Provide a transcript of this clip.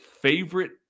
favorite